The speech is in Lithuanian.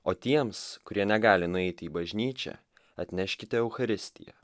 o tiems kurie negali nueiti į bažnyčią atneškite eucharistiją